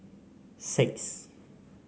six